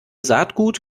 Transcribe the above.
saatgut